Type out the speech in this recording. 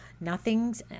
nothing's